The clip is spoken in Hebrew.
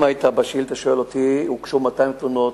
אם היית שואל אותי בשאילתא: הוגשו 200 תלונות,